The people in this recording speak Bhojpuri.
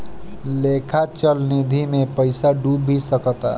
लेखा चल निधी मे पइसा डूब भी सकता